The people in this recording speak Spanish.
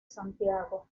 santiago